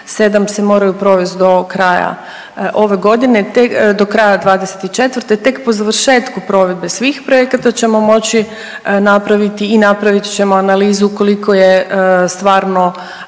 7 se moraju provest do kraja ove godine, do kraja '24. Tek po završetku provedbe svih projekata ćemo moći napraviti i napravit ćemo analizu koliko je stvarno